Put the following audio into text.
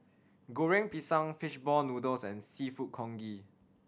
Goreng Pisang fish ball noodles and Seafood Congee